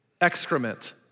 excrement